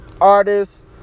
artists